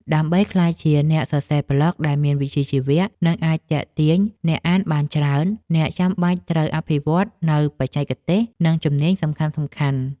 ដើម្បីក្លាយជាអ្នកសរសេរប្លក់ដែលមានវិជ្ជាជីវៈ និងអាចទាក់ទាញអ្នកអានបានច្រើន អ្នកចាំបាច់ត្រូវអភិវឌ្ឍនូវបច្ចេកទេស និងជំនាញសំខាន់ៗ។